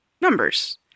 numbers